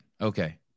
Okay